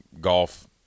golf